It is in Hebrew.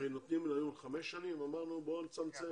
הרי נותנים היום לחמש שנים ואמרנו בואו נצמצם.